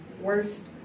worst